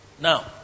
Now